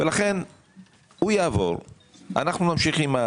לא בכדי עכשיו חשוב לו